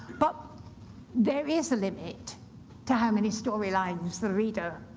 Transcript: but there is a limit to how many story lines the reader,